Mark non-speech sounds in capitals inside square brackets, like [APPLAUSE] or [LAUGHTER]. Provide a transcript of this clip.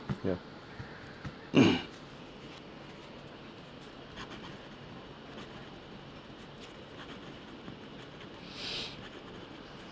ya [COUGHS]